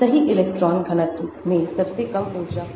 सही इलेक्ट्रॉन घनत्व में सबसे कम ऊर्जा होगी